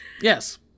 yes